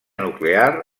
nuclear